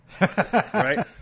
right